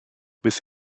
bis